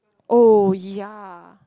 oh ya